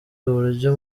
uburyo